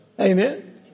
Amen